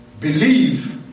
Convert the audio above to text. believe